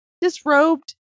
disrobed